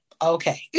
Okay